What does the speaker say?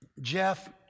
jeff